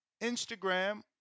Instagram